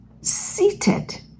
seated